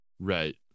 Right